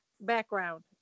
background